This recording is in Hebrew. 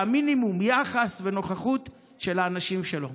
והמינימום, יחס ונוכחות של האנשים שלו.